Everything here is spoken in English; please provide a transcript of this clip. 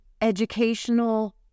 educational